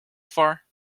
far